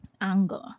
Anger